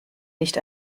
nicht